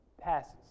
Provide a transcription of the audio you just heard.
passes